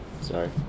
sorry